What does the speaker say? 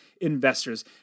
investors